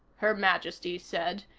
her majesty said,